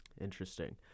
Interesting